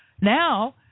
Now